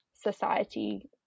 society